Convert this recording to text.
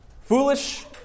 foolish